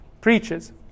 preaches